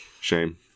Shame